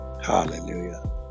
Hallelujah